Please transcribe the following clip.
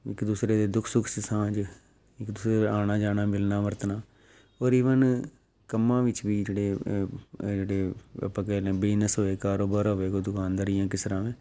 ਇੱਕ ਦੂਸਰੇ ਦੇ ਦੁੱਖ ਸੁੱਖ 'ਚ ਸਾਂਝ ਇੱਕ ਦੂਸਰੇ ਦੇ ਆਉਣਾ ਜਾਣਾ ਮਿਲਣਾ ਵਰਤਣਾ ਔਰ ਈਵਨ ਕੰਮਾਂ ਵਿੱਚ ਵੀ ਜਿਹੜੇ ਜਿਹੜੇ ਆਪਾਂ ਬਿਜ਼ਨਸ ਹੋਏ ਕਾਰੋਬਾਰ ਹੋਵੇ ਕੋਈ ਦੁਕਾਨਦਾਰੀ ਜਾਂ ਕਿਸ ਤਰ੍ਹਾਂ